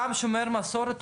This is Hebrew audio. גם שומר המסורת,